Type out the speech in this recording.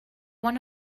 one